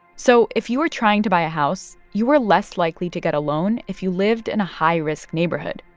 so if you were trying to buy a house, you were less likely to get a loan if you lived in a high-risk neighborhood.